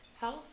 health